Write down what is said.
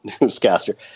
newscaster